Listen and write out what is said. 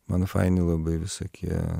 man faini labai visokie